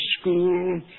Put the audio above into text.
school